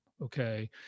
Okay